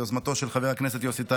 ביוזמתו של חבר הכנסת יוסי טייב,